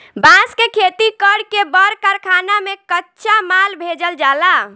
बांस के खेती कर के बड़ कारखाना में कच्चा माल भेजल जाला